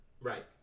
Right